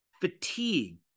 fatigue